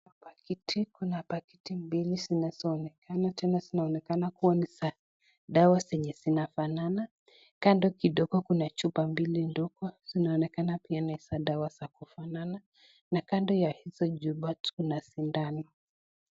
Kuna pakiti, kuna pakiti mbili zinaonekana, tena zinaonekana kuwa ni za dawa zenye zinafanana. Kando kidogo kuna chupa mbili ndogo, zinaonekana pia ni za dawa za kufanana. Na kando ya hizo chupa, tuna sindano.